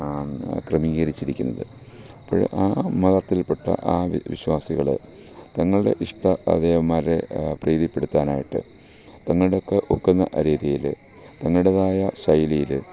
അ ക്രമീകരിച്ചിരിക്കുന്നത് അപ്പോള് ആ മതത്തിൽ പെട്ട ആ വി വിശ്വാസികള് തങ്ങളുടെ ഇഷ്ട അ ദേവന്മാരുടെ പ്രീതിപ്പെടുത്താനായിട്ട് തങ്ങളുടെയൊക്കെ ഒക്കുന്ന രീതിയില് തങ്ങളുടെതായ ശൈലിയില്